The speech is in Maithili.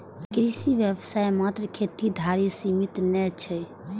कृषि व्यवसाय मात्र खेती धरि सीमित नै छै